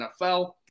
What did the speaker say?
NFL